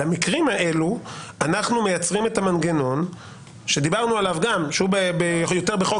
אנחנו מייצרים את המנגנון שגם דיברנו עליו שהוא יותר בחוק